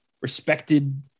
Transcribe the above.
respected